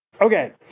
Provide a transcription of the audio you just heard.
Okay